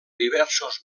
diversos